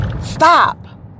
Stop